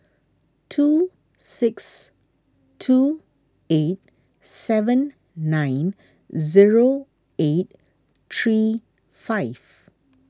two six two eight seven nine zero eight three five